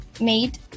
made